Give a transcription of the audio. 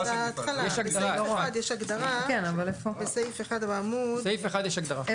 בהתחלה, בסעיף 1 יש הגדרה.